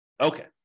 Okay